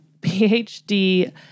PhD